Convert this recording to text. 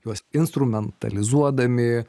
juos instrumentalizuodami